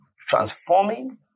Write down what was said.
transforming